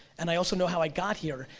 and i also know how i got here,